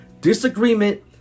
disagreement